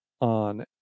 on